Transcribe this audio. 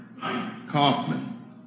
Kaufman